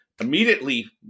immediately